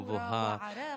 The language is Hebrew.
הגבוהה,